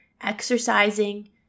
exercising